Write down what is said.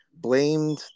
blamed